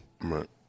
Right